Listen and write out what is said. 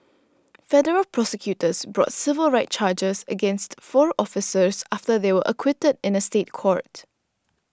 federal prosecutors brought civil rights charges against four officers after they were acquitted in a State Court